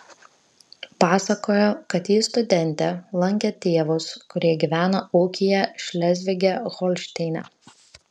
pasakojo kad ji studentė lankė tėvus kurie gyvena ūkyje šlezvige holšteine